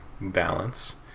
balance